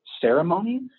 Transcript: ceremony